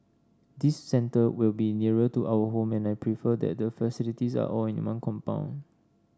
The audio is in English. this centre will be nearer to our home and I prefer that the facilities are all in one compound